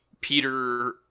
Peter